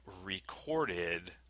recorded